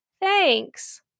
Thanks